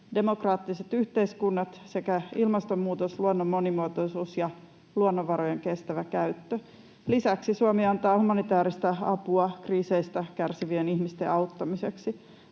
demokraattiset yhteiskunnat sekä ilmastonmuutos, luonnon monimuotoisuus ja luonnonvarojen kestävä käyttö. Lisäksi Suomi antaa humanitääristä apua kriiseistä kärsivien ihmisten auttamiseksi.